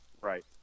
Right